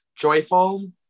Joyful